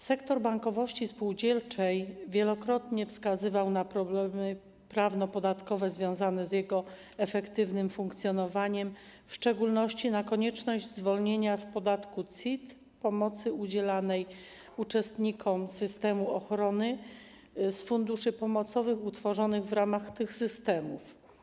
Sektor bankowości spółdzielczej wielokrotnie wskazywał na problemy prawnopodatkowe związane z jego efektywnym funkcjonowaniem, w szczególności na konieczność zwolnienia z podatku CIT środków z pomocy udzielanej uczestnikom systemu ochrony z funduszy pomocowych utworzonych w ramach tych systemów.